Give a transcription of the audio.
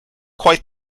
quite